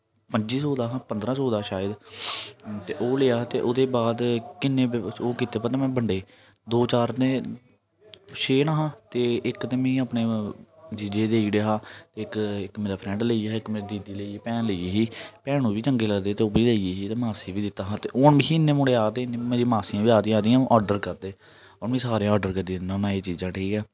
पंजी सौ दा पंदरा सौ दा शायद ते ओह् लेआ हा ते ओह्दे बाद किन्ने ओह् कीते पता बंडे दो चार ते छे नहा ते इक ते मीं अपने जीजे गी देई ओड़ेआ हा इक इक मेरा फ्रैंड लेई गेआ हा इक मेरी दीदी लेई गेई ही भैन लेई गेई ही भैनू गी बी चंगे लगदे हे ते ओह् बी लेई गेई ही मासी गी बी दित्ता हा ते हून मिगी इन्ने मुड़े आखदे मेरियां मासियां बी आखदियां कि आर्डर करदे हून मे सारें गी आर्डर करी दिन्ना होन्ना एह् चीजां ठीक ऐ